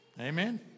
Amen